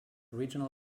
regional